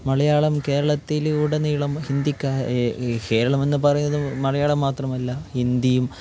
മലയാളം കേരളത്തിലുടനീളം ഹിന്ദിക്ക കേരളമെന്നു പറയുന്നത് മലയാളം മാത്രമല്ല ഹിന്ദിയും